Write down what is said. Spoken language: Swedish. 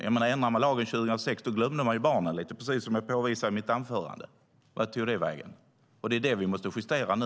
När man ändrade lagen 2006 glömde man barnen lite grann, precis som jag påvisade i mitt anförande. Vart tog det vägen? Det är det vi måste justera nu.